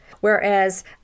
Whereas